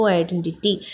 identity